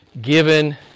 given